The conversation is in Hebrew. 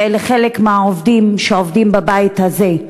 ואלה חלק מהעובדים שעובדים בבית הזה,